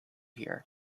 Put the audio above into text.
here